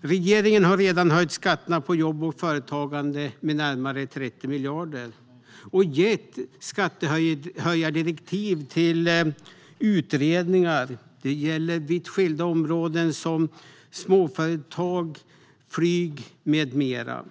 Regeringen har redan höjt skatterna på jobb och företagande med närmare 30 miljarder och gett direktiv om skattehöjningar till utredningar. Det gäller vitt skilda områden som småföretag, flyg med mera.